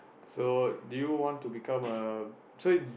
so do you want to become a so